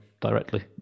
directly